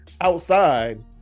outside